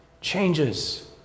changes